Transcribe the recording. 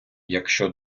якщо